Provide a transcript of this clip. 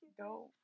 Go